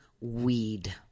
weed